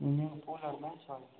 ओने पूरा